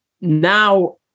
Now